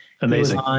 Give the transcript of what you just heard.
Amazing